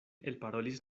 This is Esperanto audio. elparolis